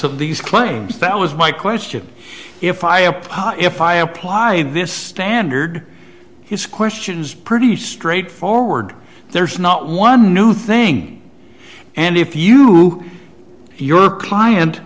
of these claims that was my question if i hope if i apply this standard his questions pretty straightforward there's not one new thing and if you do your client